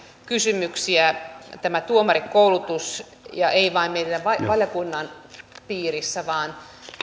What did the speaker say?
kysymyksiä tämä tuomarikoulutus ja ei vain meidän valiokunnan piirissä vaan